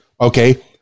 okay